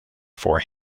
for